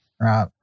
Right